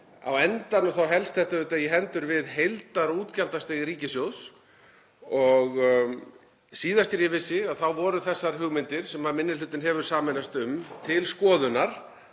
á endanum þá helst þetta auðvitað í hendur við heildarútgjaldastig ríkissjóðs. Síðast þegar ég vissi voru þessar hugmyndir sem minni hlutinn hefur sameinast um til skoðunar